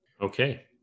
Okay